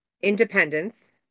independence